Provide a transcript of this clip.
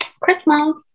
Christmas